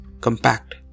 compact